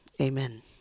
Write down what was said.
Amen